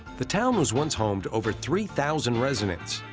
the town was once home to over three thousand residents,